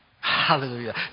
Hallelujah